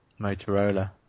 Motorola